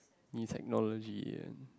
new technology and